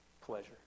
pleasure